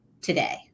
today